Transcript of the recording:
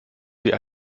sie